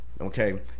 Okay